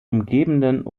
umgebenden